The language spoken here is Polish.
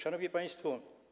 Szanowni Państwo!